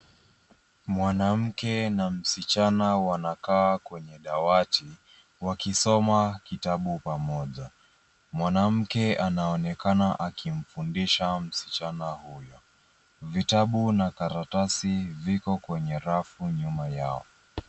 Mwanamke na msichana wanakaa kwenye dawati wakisoma kitabu pamoja. Mwanamke anaonekana akimfundisha msichana huyu. Vitabu na karatasi viko kwenye rafu nyuma yao.